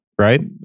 Right